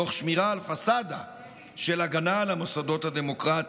תוך שמירה על פסאדה של הגנה על המוסדות הדמוקרטיים".